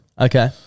Okay